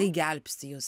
tai gelbsti jus